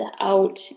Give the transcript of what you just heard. out